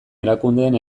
erakundeen